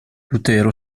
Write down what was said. lutero